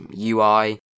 UI